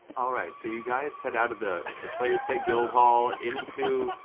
all right, so you guys head out of the slayer's take guildhall into